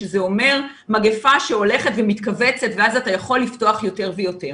שזה אומר מגפה שהולכת ומתכווצת ואז אתה יכול לפתוח יותר ויותר.